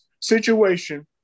situation